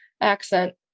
accent